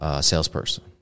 salesperson